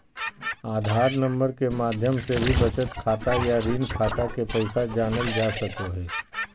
आधार number के माध्यम से भी बचत खाता या ऋण खाता के पैसा जानल जा सको हय